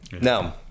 Now